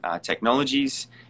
technologies